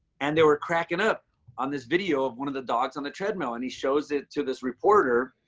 and they were cracking up on this video of one of the dogs on the treadmill. and he shows it to this reporter.